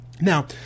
Now